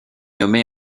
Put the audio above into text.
nommée